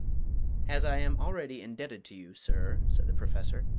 as i am already indebted to you, sir, said the professor,